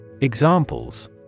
Examples